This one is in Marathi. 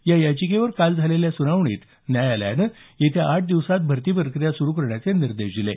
या याचिकेवर काल झालेल्या सुनावणीत न्यायालयानं येत्या आठ दिवसांत भर्ती प्रक्रिया सुरू करण्याचे निर्देश दिले